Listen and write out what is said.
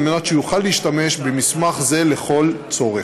כדי שיוכל להשתמש במסמך זה לכל צורך.